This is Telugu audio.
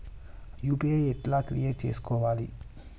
యూ.పీ.ఐ ఎట్లా క్రియేట్ చేసుకోవాలి?